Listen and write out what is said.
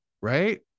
right